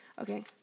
Okay